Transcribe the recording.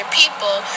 people